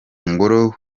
ngoro